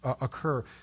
occur